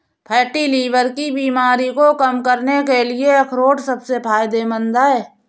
fatty liver की बीमारी को कम करने के लिए अखरोट सबसे फायदेमंद है